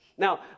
Now